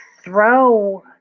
throw